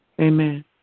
Amen